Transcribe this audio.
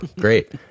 Great